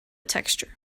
texture